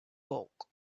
bulk